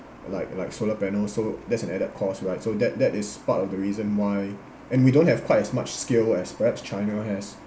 like like solar panel so that's an added cost right so that that is part of the reason why and we don't have quite as much skill as perhaps china has